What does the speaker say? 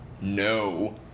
No